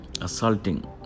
Assaulting